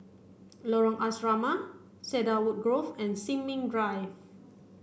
Lorong Asrama Cedarwood Grove and Sin Ming Drive